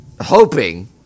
hoping